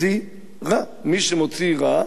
מי שמוציא רע נהיה מצורע.